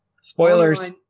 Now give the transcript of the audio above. Spoilers